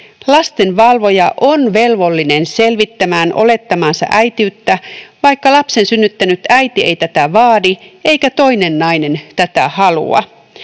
lastenvalvoja on velvollinen selvittämään olettamaansa äitiyttä, vaikka lapsen synnyttänyt äiti ei tätä vaadi eikä toinen nainen tätä halua.